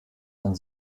von